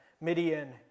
midian